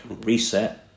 reset